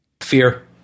Fear